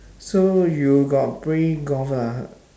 so you got play golf lah